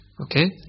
Okay